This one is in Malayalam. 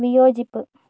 വിയോജിപ്പ്